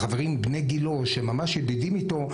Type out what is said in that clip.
חברים בני גילו שממש ידידים איתו,